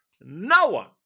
Noah